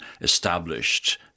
established